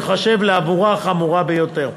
ייחשבו לעבירה חמורה ביותר.